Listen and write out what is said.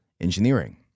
engineering